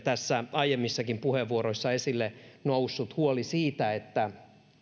aiemmissakin puheenvuoroissa esille on noussut huoli siitä että